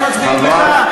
הם היו מצביעים לך.